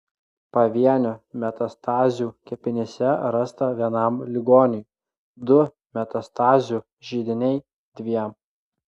pavienių metastazių kepenyse rasta vienam ligoniui du metastazių židiniai dviem